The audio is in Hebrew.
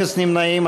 אפס נמנעים.